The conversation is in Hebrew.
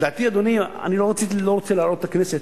אדוני, לדעתי, אני לא רוצה להלאות את הכנסת.